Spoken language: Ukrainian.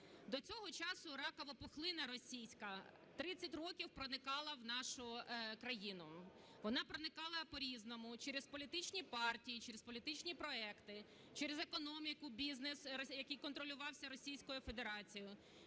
До цього часу ракова пухлина російська 30 років проникала в нашу країну. Вона проникала по-різному: через політичні партії, через політичні проекти, через економіку, бізнес, який контролювався Російською Федерацією,